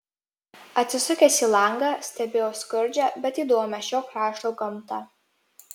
atsisukęs į langą stebėjo skurdžią bet įdomią šio krašto gamtą